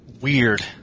Weird